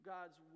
God's